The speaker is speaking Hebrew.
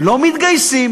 לא מתגייסים.